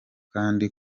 kandi